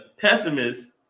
pessimist